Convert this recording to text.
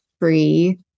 free